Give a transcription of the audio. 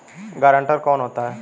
Guarantor कौन होता है?